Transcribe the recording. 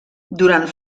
durant